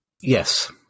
Yes